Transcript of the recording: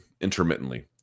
intermittently